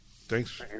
thanks